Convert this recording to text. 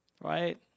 Right